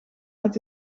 uit